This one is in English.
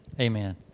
amen